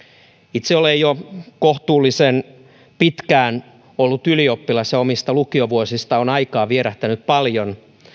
itse olen jo kohtuullisen pitkään ollut ylioppilas ja omista lukiovuosista on aikaa vierähtänyt paljon